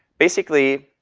basically,